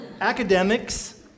Academics